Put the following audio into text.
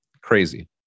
crazy